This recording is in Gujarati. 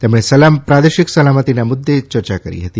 તેમણે પ્રાદેશિક સલામતિના મુદ્દે ચર્ચા કરી હતી